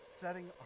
Setting